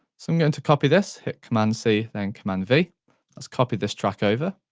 so i'm going to copy this, hit command c, then command v let's copy this track over,